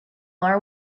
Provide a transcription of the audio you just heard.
are